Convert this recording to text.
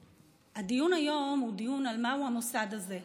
הדיון היום הוא דיון על מהו המוסד הזה,